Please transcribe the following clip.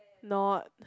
not